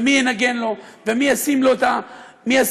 מי ינגן לו ומי ישים לו את העיצוב,